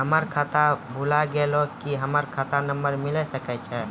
हमर खाता भुला गेलै, की हमर खाता नंबर मिले सकय छै?